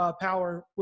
power